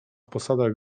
posadach